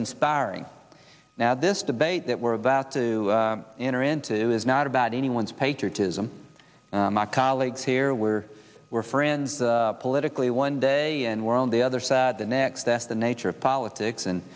inspiring now this debate that we're about to enter into is not about anyone's patriotism my colleagues here were we're friends politically one day and we're on the other side the next that's the nature of politics and